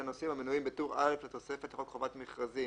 הנושאים המנויים בטור א' לתוספת חוק חובת מכרזים,